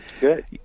good